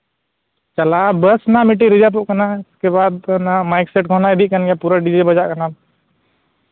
ᱪᱟᱞᱟᱣ ᱵᱟᱥ ᱢᱟ ᱢᱤᱫᱴᱤᱡ ᱨᱤᱡᱟᱵᱷᱚᱜ ᱠᱟᱱᱟ ᱩᱥᱠᱮ ᱵᱟᱫ ᱚᱱᱟ ᱢᱟᱭᱤᱠ ᱠᱚᱦᱚᱸ ᱞᱮ ᱤᱫᱤᱭᱮᱫ ᱠᱚᱜᱮᱭᱟ ᱯᱩᱨᱟᱹ ᱰᱤᱡᱮ ᱵᱟᱡᱟᱜ ᱠᱟᱱᱟ